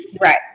Right